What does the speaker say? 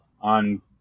on